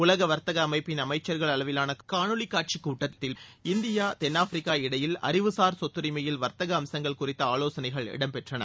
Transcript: உலக வர்த்தக அமைப்பின் அமைச்சர்கள் அளவிலாள காணொளி காட்சி கூட்டத்தில் பேசிய அவர் இந்தியா தென்னாப்பிரிக்கா இடையில் அறிவுசார் சொத்துரிமையில் வர்த்தக அம்சங்கள் குறித்த ஆவோசனைகள் இம் பெற்றன